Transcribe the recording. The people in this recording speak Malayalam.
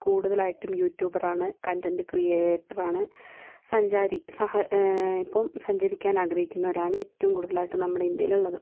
കൂടുതലായിട്ടും യൂട്യൂബർ ആണ് കണ്ടന്റ് ക്രിയേറ്റർ ആണ് സഞ്ചാരി സഹ ഇപ്പം സഞ്ചരിക്കാൻ ആഗ്രഹിക്കുന്നവരാണ് ഏറ്റവും കൂടുതലായിട്ട് നമ്മുടെ ഇന്ത്യയിലുള്ളത്